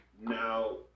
Now